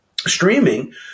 streaming